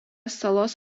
salos